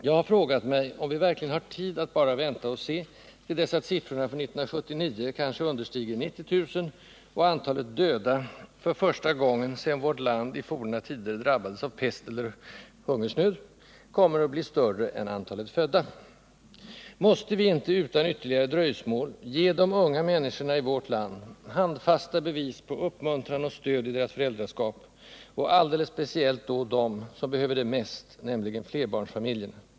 Jag har frågat mig, om vi verkligen har tid att bara vänta och se till dess siffrorna för 1979 kanske understiger 90 000 och antalet döda — för första = Nr 49 gången sedan vårt land i forna tider drabbades av pest eller hungersnöd — Torsdagen den kommer att bli större än antalet födda. Måste vi inte utan ytterligare dröjsmål 7 december 1978 ge de unga människorna i vårt land handfasta bevis på uppmuntran och stöd i deras föräldraskap, och alldeles speciellt då dem som behöver det mest, nämligen flerbarnsfamiljerna?